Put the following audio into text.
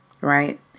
right